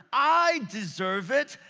i deserve it.